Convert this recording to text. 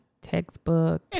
textbook